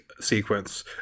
sequence